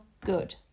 good